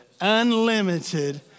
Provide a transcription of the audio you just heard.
unlimited